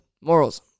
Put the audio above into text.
Morals